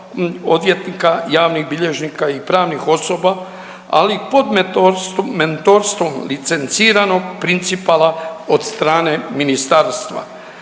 odvjetnika, javnih bilježnika i pravnih osoba, ali i pod mentorstvom licenciranog principala od strane Ministarstva.